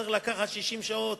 צריך לקחת 60 שעות,